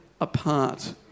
apart